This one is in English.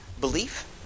Belief